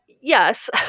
Yes